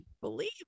believe